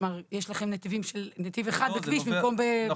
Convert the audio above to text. יש לכם נתיב אחד בכביש, במקום בכבישים אחרים.